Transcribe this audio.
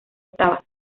octavas